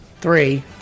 three